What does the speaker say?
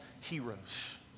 heroes